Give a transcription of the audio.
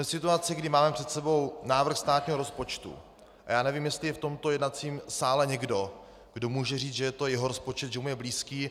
Jsme v situaci, kdy máme před sebou návrh státního rozpočtu, a já nevím, jestli je v tomto jednacím sále někdo, kdo může říct, že je to jeho rozpočet, že mu je blízký.